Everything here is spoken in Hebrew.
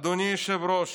אדוני היושב-ראש,